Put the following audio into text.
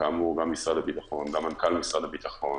גם משרד הביטחון, גם מנכ"ל משרד הביטחון,